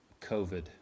COVID